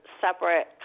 separate